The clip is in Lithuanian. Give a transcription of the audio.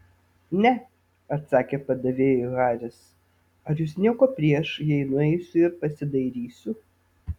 ne atsakė padavėjui haris ar jūs nieko prieš jei nueisiu ir pasidairysiu